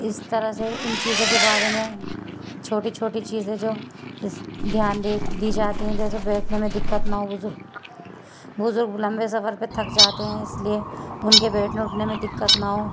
اس طرح سے ان چیزوں کے بارے میں چھوٹی چھوٹی چیزیں جو اس دھیان دے دی جاتی ہیں جیسے بیٹھنے میں دقت نہ ہو بزرگ بزرگ لمبے سفر پہ تھک جاتے ہیں اس لیے ان کے بیٹھنے اٹھنے میں دقت نہ ہو